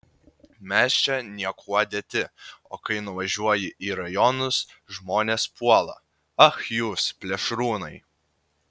mes čia niekuo dėti o kai nuvažiuoji į rajonus žmonės puola ach jūs plėšrūnai